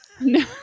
No